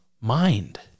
mind